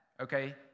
okay